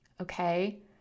Okay